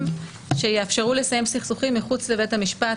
שיאפשרו לסיים סכסוכים מחוץ לבית המשפט,